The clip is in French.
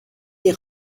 des